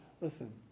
listen